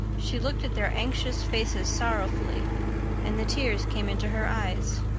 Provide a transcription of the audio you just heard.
she looked at their anxious faces sorrowfully and the tears came into her eyes.